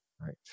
right